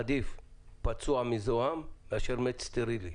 עדיף פצוע מזוהם מאשר מת סטרילי.